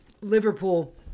Liverpool